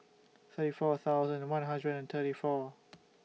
thirty four thousand one hundred and thirty four